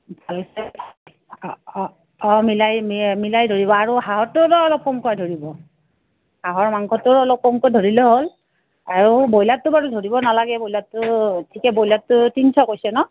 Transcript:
ভাল অঁ অঁ অঁ মিলাই মিলাই ধৰিব আৰু হাঁহৰটোলেও অলপ কমকৈ ধৰিব হাঁহৰ মাংসটো অলপ কমকৈ ধৰিলেও হ'ল আৰু ব্ৰইলাৰটো বাৰু ধৰিব নালাগে ব্ৰইলাৰটো ঠিকে ব্ৰইলাৰটো তিনিশ কৈছে ন